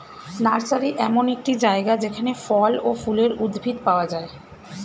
nursery এমন একটি জায়গা যেখানে ফল ও ফুলের উদ্ভিদ পাওয়া যায়